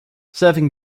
serving